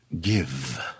give